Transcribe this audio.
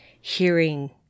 hearing